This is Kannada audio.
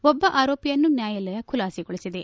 ಒಬ್ಬ ಆರೋಪಿಯನ್ನು ನ್ಯಾಯಾಲಯ ಖುಲಾಸೆಗೊಳಿಸಿದೆ